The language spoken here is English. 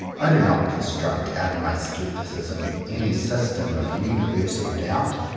i do not construct out of my scepticism any system of universal doubt.